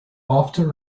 after